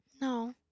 No